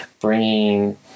bringing